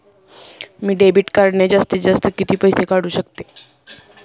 मी debit कार्डने जास्तीत जास्त किती पैसे काढू शकतो?